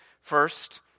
First